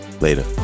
Later